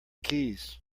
keys